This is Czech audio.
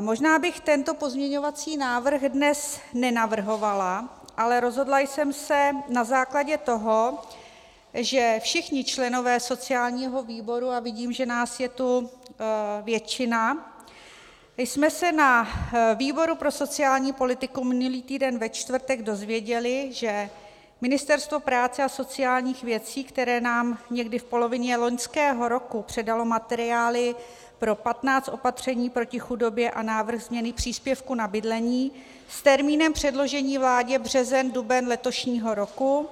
Možná bych tento pozměňovací návrh dnes nenavrhovala, ale rozhodla jsem se na základě toho, že všichni členové sociálního výboru, a vidím, že nás je tu většina, jsme se na výboru pro sociální politiku minulý týden ve čtvrtek dozvěděli, že Ministerstvo práce a sociálních věcí, které nám někdy v polovině loňského roku předalo materiály pro 15 opatření proti chudobě a návrh změny příspěvku na bydlení s termínem předložení vládě březen, duben letošního roku,